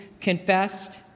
confessed